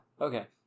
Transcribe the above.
Okay